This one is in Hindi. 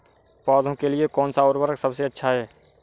पौधों के लिए कौन सा उर्वरक सबसे अच्छा है?